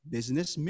Business